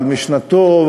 על משנתו,